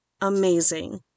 amazing